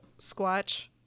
squatch